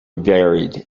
buried